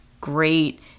great